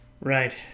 Right